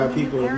people